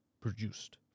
produced